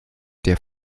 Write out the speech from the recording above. der